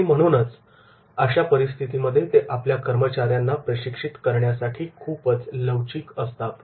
आणि म्हणूनच अशा परिस्थितीमध्ये ते आपल्या कर्मचाऱ्यांना प्रशिक्षित करण्यासाठी खूपच लवचिक असतात